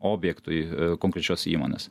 objektui konkrečios įmonės